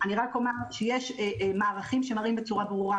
יש מערכים שמראים בצורה ברורה,